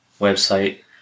website